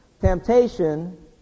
temptation